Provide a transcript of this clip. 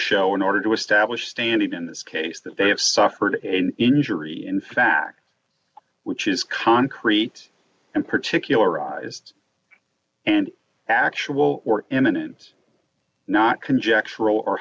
show in order to establish standing in this case that they have suffered an injury in fact which is concrete and particularized and actual or imminent not